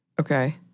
Okay